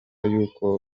y’uko